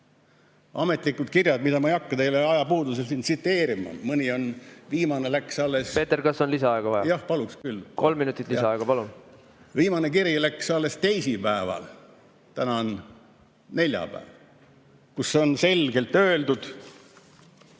ametlikud kirjad, mida ma ei hakka teile ajapuudusel siin tsiteerima, mõni on, viimane läks alles ... Peeter, kas on lisaaega vaja? Jah, paluksin küll. Kolm minutit lisaaega. Palun! Viimane kiri läks alles teisipäeval. Täna on neljapäev. Seal on selgelt öeldud ...